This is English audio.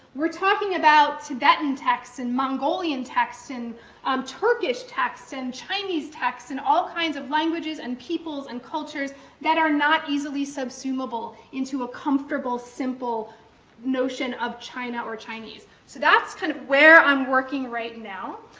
we're talking about tibetan texts and mongolian texts and um turkish texts and chinese texts and all kinds of languages and peoples and cultures that are not easily subsumable into a comfortable, simple notion of china or chinese. so that's kind of where i'm working right now.